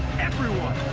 everyone.